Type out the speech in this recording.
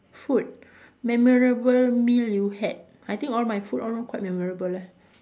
food memorable meal you had I think all my food all all quite memorable leh